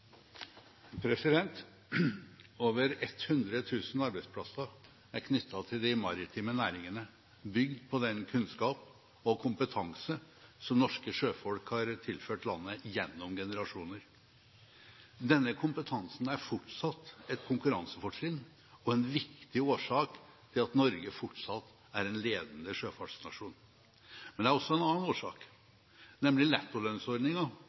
til de maritime næringene, bygd på den kunnskap og kompetanse som norske sjøfolk har tilført landet gjennom generasjoner. Denne kompetansen er fortsatt et konkurransefortrinn og en viktig årsak til at Norge fortsatt er en ledende sjøfartsnasjon. Men det er også en annen årsak, nemlig